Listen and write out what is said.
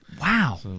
Wow